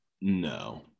no